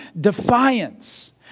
defiance